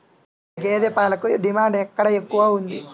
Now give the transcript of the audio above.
గేదె పాలకు డిమాండ్ ఎక్కడ ఎక్కువగా ఉంది?